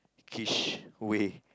kitsch way